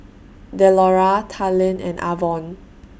Delora Talen and Avon